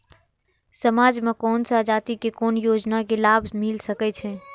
समाज में कोन सा जाति के कोन योजना के लाभ मिल सके छै?